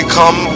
come